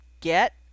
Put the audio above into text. Get